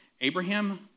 Abraham